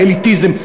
אליטיזם.